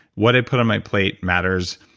what i put on my plate matters.